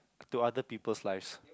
to other people lives